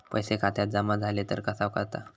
पैसे खात्यात जमा झाले तर कसा कळता?